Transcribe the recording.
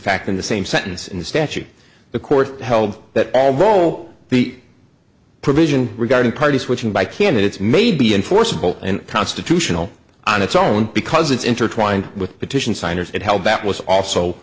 fact in the same sentence in the statute the court held that all role the provision regarding party switching by candidates may be enforceable and constitutional on its own because it's intertwined with petition signers it held that was also